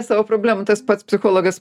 savo problemų tas pats psichologas